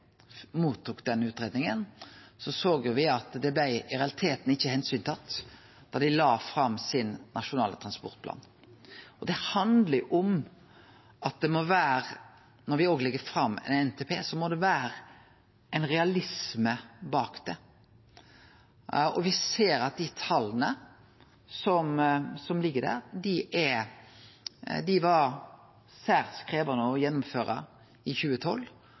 såg jo at utgreiinga i realiteten ikkje blei tatt omsyn til da ein la fram Nasjonal transportplan. Og det handlar om at når me legg fram ein NTP, må det vere ein realisme bak det. Me ser at dei tala som ligg der, var særs krevjande å gjennomføre i 2012,